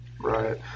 Right